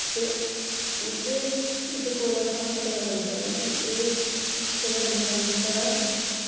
ते उ'दे एह्दे कोला सानूं पता लगदा ऐ कि एह् छड़ा जनानी दा